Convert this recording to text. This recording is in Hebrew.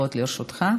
לרשותך.